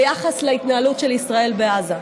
ביחס להתנהלות של ישראל בעזה.